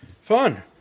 Fun